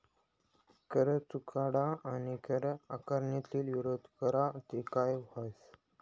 कर चुकाडा आणि कर आकारणीले विरोध करा ते काय व्हस